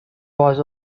was